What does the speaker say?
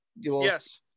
Yes